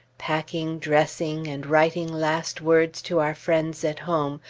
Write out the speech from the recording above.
packing, dressing, and writing last words to our friends at home,